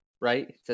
right